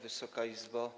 Wysoka Izbo!